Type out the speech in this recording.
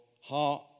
heart